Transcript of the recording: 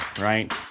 right